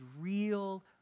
real